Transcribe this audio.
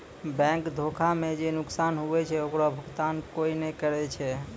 bank धोखा मे जे नुकसान हुवै छै ओकरो भुकतान कोय नै करै छै